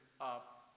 up